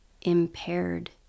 impaired